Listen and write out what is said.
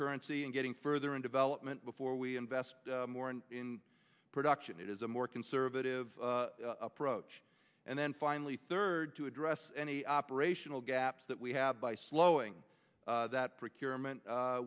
concurrency and getting further in development before we invest more and in production it is a more conservative approach and then finally third to address any operational gaps that we have by slowing that